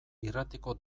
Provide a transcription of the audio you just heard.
irratiko